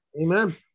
Amen